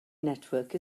network